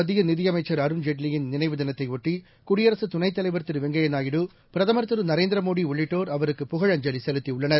மத்தியநிதிஅமைச்சர் முன்னாள் அருண்ஜேட்லியின் நினைவு தினத்தையொட்டி குடியரசுதுணைத்தலைவர் திருவெங்கையாநாயுடு பிரதமர் திருநரேந்திரமோடிஉள்ளிட்டோர் அவருக்கு புகழஞ்சலிசெலுத்தியுள்ளனர்